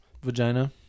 vagina